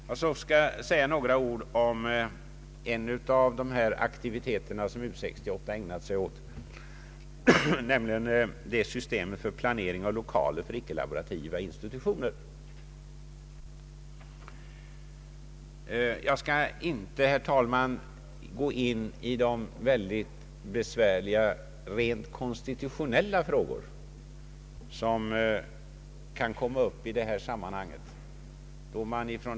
Jag skall säga några ord om en av de aktiviteter som U 68 har ägat sig åt, nämligen systemet för planering av lokaler för icke laborativa institutioner. Jag skall inte gå in på de besvärliga konstitutionella frågor som kan komma upp i det här sammanhanget.